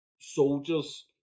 soldiers